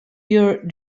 your